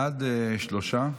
הצבעה.